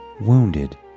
Wounded